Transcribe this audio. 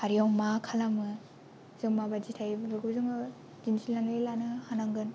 हारियाव मा खालामो जों माबादि थायो बेफोरखौ जोङो दिनथिनानै लानो हानांगोन